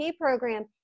program